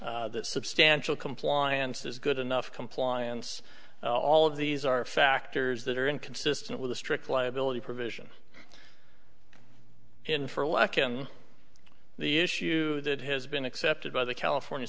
that substantial compliance is good enough compliance all of these are factors that are inconsistent with a strict liability provision in for a lucky the issue that has been accepted by the california